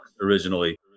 originally